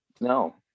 no